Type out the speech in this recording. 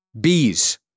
Bees